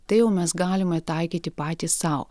tai jau mes galima taikyti patys sau